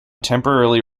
temporarily